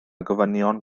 gofynion